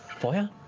fire.